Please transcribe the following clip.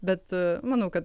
bet manau kad